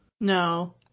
No